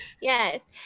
Yes